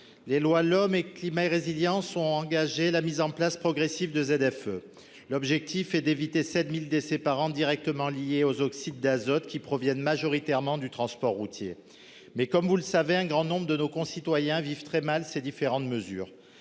les lois de l'homme et climat et résilience ont engagé la mise en place progressive de ZFE. L'objectif est d'éviter 7000 décès par an directement liés aux oxydes d'azote qui proviennent majoritairement du transport routier. Mais comme vous le savez, un grand nombre de nos concitoyens vivent très mal. Ces différentes mesures.